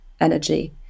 Energy